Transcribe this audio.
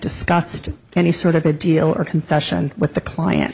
discussed any sort of a deal or concession with the client